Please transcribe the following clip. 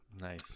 Nice